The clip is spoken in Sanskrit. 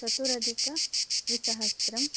चत्वारि अधिकद्विसहस्त्रं